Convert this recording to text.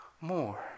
more